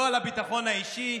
לא על הביטחון האישי,